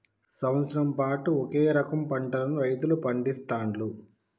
సంవత్సరం పాటు ఒకే రకం పంటలను రైతులు పండిస్తాండ్లు